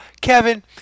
Kevin